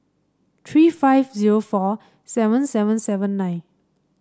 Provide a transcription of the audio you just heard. three five zero four seven seven seven nine